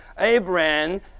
Abraham